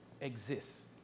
exists